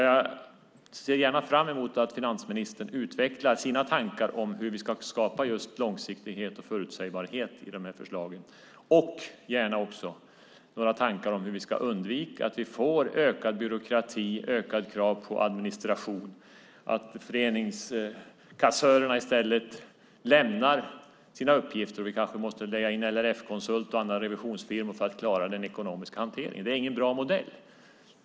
Jag ser fram emot att finansministern utvecklar sina tankar om hur vi ska skapa just långsiktighet och förutsägbarhet i de här förslagen, gärna också några tankar om hur vi ska undvika att vi får ökad byråkrati och ökade krav på administration. Ska föreningskassörerna lämna sina uppgifter? Vi kanske måste leja in LRF Konsult och andra revisionsfirmor för att klara den ekonomiska hanteringen. Det är ingen bra modell.